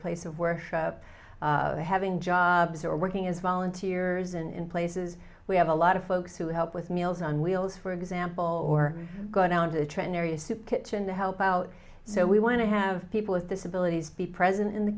place of worship having jobs or working as volunteers and in places we have a lot of folks who help with meals on wheels for example or go down to trend area soup kitchen help out so we want to have people with disabilities be present in the